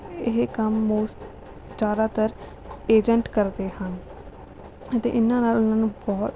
ਇਹ ਕੰਮ ਮੋਸ਼ਟ ਜ਼ਿਆਦਾਤਰ ਏਜੰਟ ਕਰਦੇ ਹਨ ਅਤੇ ਇਨ੍ਹਾਂ ਨਾਲ ਉਨ੍ਹਾਂ ਨੂੰ ਬਹੁਤ